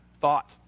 thought